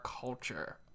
culture